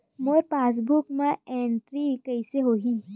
मोर passbook मा entry कइसे होही?